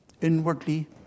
inwardly